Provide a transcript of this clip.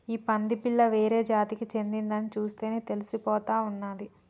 ఈ పంది పిల్ల వేరే జాతికి చెందిందని చూస్తేనే తెలిసిపోతా ఉన్నాది